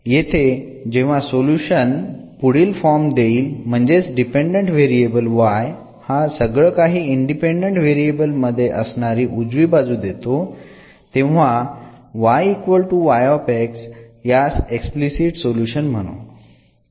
येथे जेव्हा सोल्युशन पुढील फॉर्म देईल म्हणजे डिपेंडंट व्हेरिएबल y हा सगळं काही इंडिपेंडंट व्हेरिएबल मध्ये असणारी उजवी बाजू देतो तेव्हा यास एक्सप्लिसिट सोल्युशन म्हणू